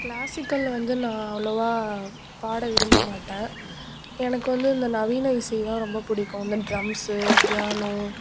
classical வந்து நான் அவ்வளவா பாட விரும்ப மாட்டேன் எனக்கு வந்து இந்த நவீன இசைதான் ரொம்ப பிடிக்கும் இந்த ட்ரம்ஸ் பியானோ